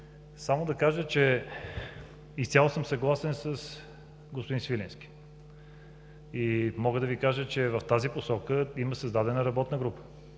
Само да кажа, че изцяло съм съгласен с господин Свиленски. Мога да Ви кажа, че в тази посока има създадена работна група.